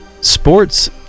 sports